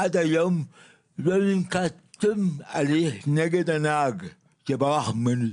עד היום לא ננקט שום הליך נגד הנהג שברח ממני.